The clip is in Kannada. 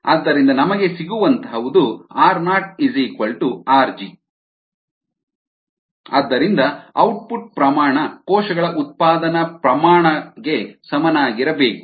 ಆದ್ದರಿಂದ ನಮಗೆ ಸಿಗುವಂಥಹುದು rorg ಆದ್ದರಿಂದ ಔಟ್ಪುಟ್ ಪ್ರಮಾಣ ಕೋಶಗಳ ಉತ್ಪಾದನ ಪ್ರಮಾಣ ಗೆ ಸಮನಾಗಿರಬೇಕು